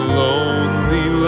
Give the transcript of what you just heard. lonely